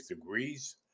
degrees